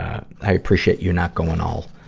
i appreciate you not going all,